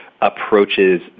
approaches